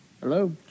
Hello